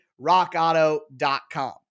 rockauto.com